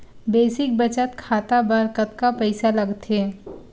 Basic बचत खाता बर कतका पईसा लगथे?